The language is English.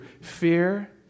fear